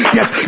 Yes